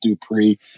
Dupree